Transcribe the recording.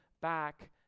back